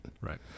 Right